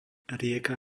rieka